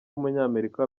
w’umunyamerika